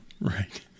Right